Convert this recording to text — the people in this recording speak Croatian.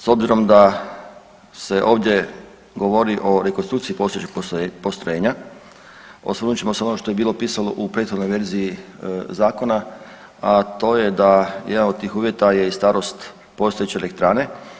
S obzirom da se ovdje govori o rekonstrukciji postojećeg postrojenja osvrnut ćemo se na ono što je bilo pisalo u prethodnoj verziji zakona, a to je da jedan od tih uvjeta je i starost postojeće elektrane.